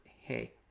hey